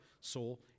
soul